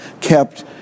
kept